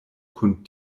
kun